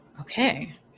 Okay